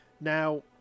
Now